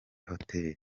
hoteli